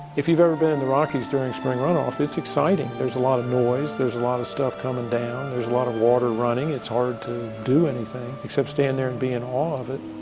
if you've ever been in the rockies during spring runoff, it's exciting. there's a lot of noise, there's a lot of stuff coming down, there's a lot of water running, it's hard to do anything. except stand there and be in awe of it